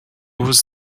was